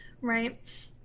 right